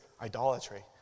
idolatry